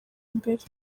imbere